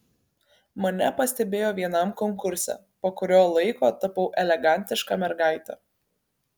mane pastebėjo vienam konkurse po kurio laiko tapau elegantiška mergaite